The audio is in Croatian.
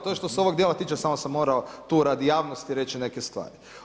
To je što se ovog dijela tiče samo sam morao tu radi javnosti reći neke stvari.